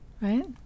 right